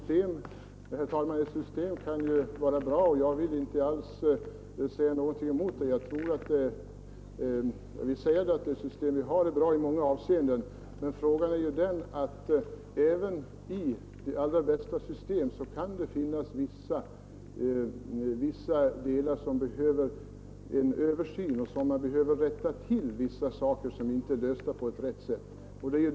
Herr talman! Jag vill hålla med om att det system vi har är bra i många avseenden. Men även i det allra bästa system kan det finnas sådant som behöver en översyn. Man behöver rätta till vissa delar där problemen inte är lösta på rätt sätt.